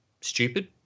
stupid